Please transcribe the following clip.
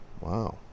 wow